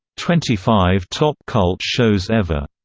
twenty five top cult shows ever,